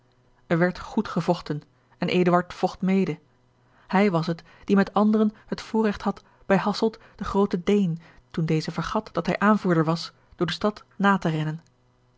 er werd goed gevochten en eduard vocht mede hij was het die met anderen het voorregt had bij hasselt den grooten daine toen deze vergat dat hij aanvoerder was door de stad na te rennen